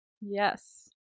Yes